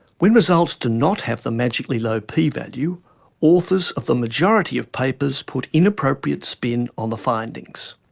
when results do not have the magically low p-value, authors of the majority of papers put inappropriate spin on the findings.